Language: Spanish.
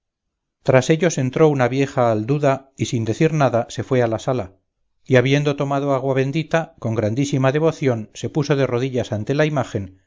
tras ellos entró una vieja halduda y sin decir nada se fue a la sala y habiendo tomado agua bendita con grandísima devoción se puso de rodillas ante la imagen